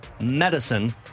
medicine